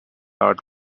art